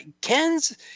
Ken's